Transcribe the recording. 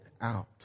out